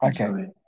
Okay